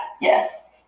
Yes